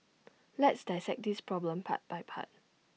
let's dissect this problem part by part